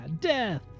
death